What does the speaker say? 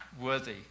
worthy